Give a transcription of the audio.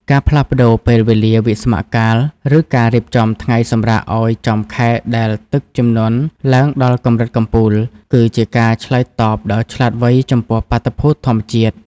ការផ្លាស់ប្តូរពេលវេលាវិស្សមកាល ឬការរៀបចំថ្ងៃសម្រាកឱ្យចំខែដែលទឹកជំនន់ឡើងដល់កម្រិតកំពូល គឺជាការឆ្លើយតបដ៏ឆ្លាតវៃចំពោះបាតុភូតធម្មជាតិ។